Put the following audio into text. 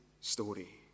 story